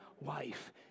wife